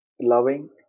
loving